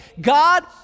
God